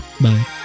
Bye